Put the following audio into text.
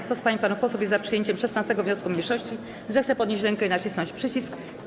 Kto z pań i panów posłów jest za przyjęciem 16. wniosku mniejszości, zechce podnieść rękę i nacisnąć przycisk.